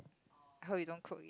I hope you don't cook